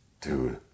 Dude